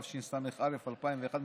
התשס"א 2001,